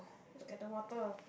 look at the water